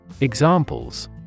Examples